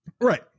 Right